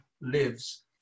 lives